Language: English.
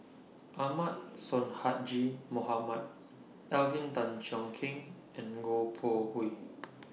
Ahmad Sonhadji Mohamad Alvin Tan Cheong Kheng and Goh Koh Hui